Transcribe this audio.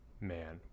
Man